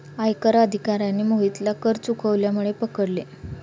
आयकर अधिकाऱ्याने मोहितला कर चुकवल्यामुळे पकडले